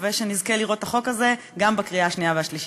ונקווה שנזכה לראות את החוק הזה מובא גם לקריאה השנייה והשלישית.